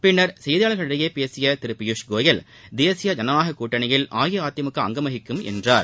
பின்னர் செய்தியாளர்களிடம் பேசிய திரு பியூஷ்கோயல் தேசிய ஜனநாயகக் கூட்டணியில் அஇஅதிமுக அங்கம் வகிக்கும் என்றார்